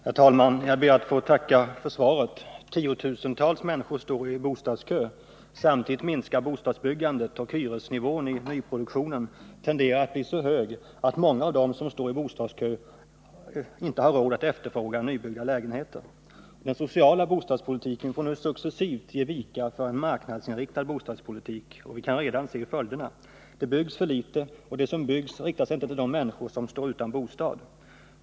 Herr talman! Jag ber att få tacka för svaret. Tiotusentals människor står i bostadskö. Samtidigt minskar bostadsbyggandet, och hyresnivån i nyproduktionen tenderar att bli så hög att många av dem som står i bostadskö inte har råd att efterfråga nybyggda lägenheter. Den sociala bostadspolitiken får nu successivt ge vika för en marknadsinriktad bostadspolitik — och vi kan redan se följderna. Det byggs för litet, och det som byggs riktar sig inte till de människor som står utan bostad.